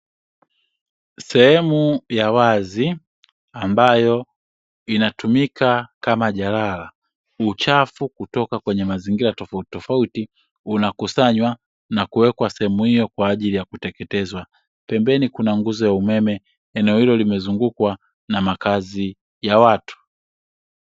Sehemu ya wazi ambayo inatumika kama jalala, uchafu kutoka kwenye mazingira tofautitofauti unakusanywa na kuwekwa sehemu hyo kwa ajili ya kuteketezwa, pembeni kuna nguzo ya umeme. Eneo hilo limezungukwa na makazi ya watu.